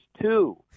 two